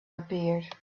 appeared